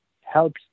helps